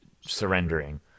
surrendering